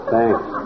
Thanks